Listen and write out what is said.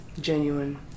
genuine